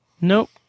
Nope